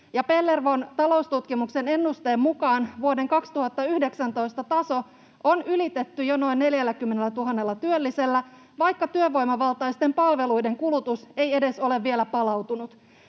Pellervon taloustutkimuksen ennusteen mukaan vuoden 2019 taso on ylitetty jo noin 40 000 työllisellä, vaikka työvoimavaltaisten palveluiden kulutus ei edes ole vielä palautunut.